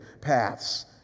paths